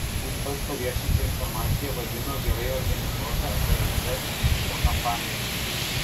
jis pats paviešintą informaciją vadino gerai organizuota vsd šmeižto kampanija